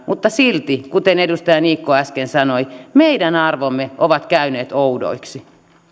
mutta silti kuten edustaja niikko äsken sanoi meidän arvomme ovat käyneet oudoiksi